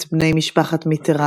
את בני משפחת מיטראן.